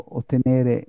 ottenere